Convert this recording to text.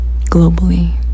globally